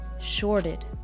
shorted